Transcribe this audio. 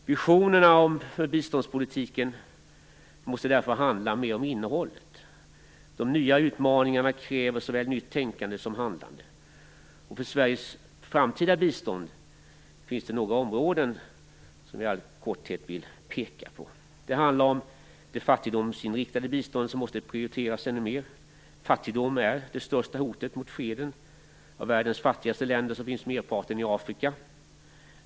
Visionerna för biståndspolitiken måste därför handla mer om innehållet. De nya utmaningarna kräver såväl ett nytt tänkande som ett nytt handlande. För Sveriges framtida bistånd finns det några områden som jag i all korhet vill peka på. Det handlar om det fattigdomsinriktade biståndet som måste prioriteras ännu mer. Fattigdom är det största hotet mot freden. Av världens fattigaste länder finns merparten i Afrika.